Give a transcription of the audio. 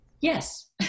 Yes